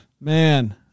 man